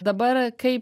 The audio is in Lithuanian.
dabar kaip